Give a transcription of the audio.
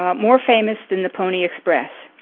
um more famous than the pony express?